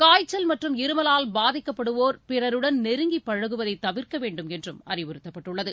காய்ச்சல் மற்றும் இருமலால் பாதிக்கப்படுவோர் பிறருடன் நெருங்கி பழகுவதை தவிர்க்க வேண்டுமென்றும் அறிவுறுத்தப்பட்டுள்ளது